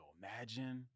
imagine